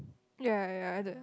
ya ya either